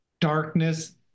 darkness